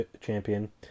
champion